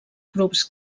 grups